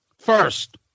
First